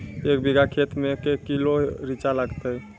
एक बीघा खेत मे के किलो रिचा लागत?